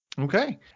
Okay